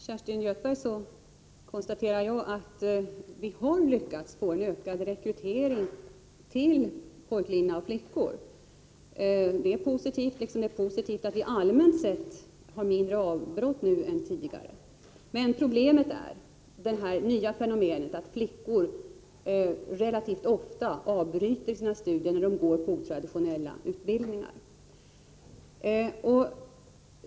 Fru talman! På samma sätt som Kerstin Göthberg konstaterar jag, att vi har lyckats få en ökad rekrytering av flickor till ”pojklinjerna”. +:et är positivt liksom det är att vi allmänt sett har mindre avbrott nu än tidigare. Men problemet är det nya fenomenet att flickor relativt ofta avbryter sina studier när de går på otraditionella utbildningar.